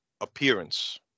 appearance